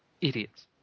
Idiots